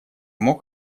мог